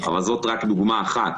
זאת רק דוגמה אחת.